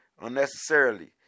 unnecessarily